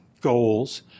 goals